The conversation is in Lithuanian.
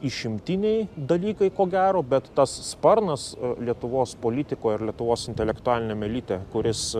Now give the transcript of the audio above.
išimtiniai dalykai ko gero bet tas sparnas lietuvos politikoje ir lietuvos intelektualiniame elite kuris